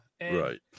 Right